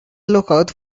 lookout